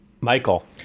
Michael